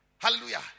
Hallelujah